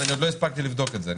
אני עוד לא הספקתי לבדוק את זה,